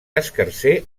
escarser